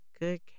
good